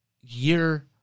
year